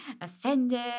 offended